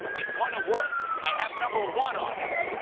it's going to work. i have number one on it.